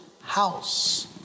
house